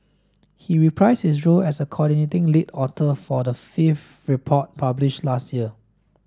he reprised his role as a coordinating lead author for the fifth report published last year